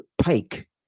Pike